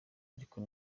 ariko